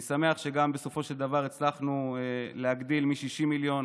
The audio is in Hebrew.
אני שמח שבסופו של דבר גם הצלחנו להגדיל מ-60 מיליון